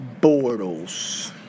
Bortles